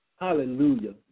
Hallelujah